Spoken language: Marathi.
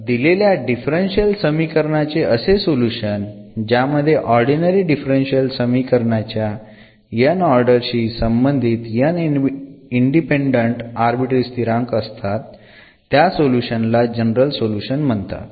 तर दिलेल्या डिफरन्शियल समीकरणाचे असे सोल्युशन ज्यामध्ये ऑर्डिनरी डिफरन्शियल समीकरणाच्या n ऑर्डर शी संबंधित n इंडिपेंडंट आर्बिट्ररी स्थिरांक असतात त्या सोल्युशन ला जनरल सोल्युशन म्हणतात